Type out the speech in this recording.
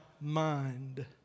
mind